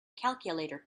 calculator